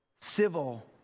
civil